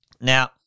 Now